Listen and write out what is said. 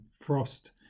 Frost